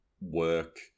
work